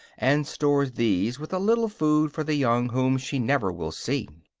and stores these with a little food for the young whom she never will see.